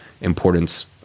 importance